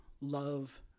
love